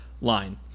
line